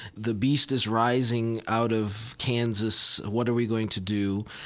the beast is rising out of kansas. what are we going to do?